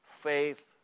faith